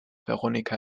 veronika